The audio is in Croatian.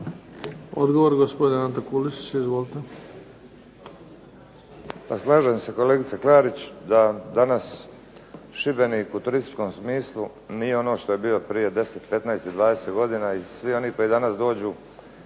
Odgovor, gospodin Ante Kulušić. Izvolite.